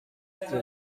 yagize